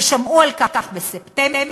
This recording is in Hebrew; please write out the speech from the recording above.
ששמעו על כך בספטמבר,